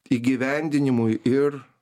įgyvendinimui ir